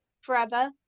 forever